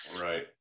Right